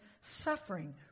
suffering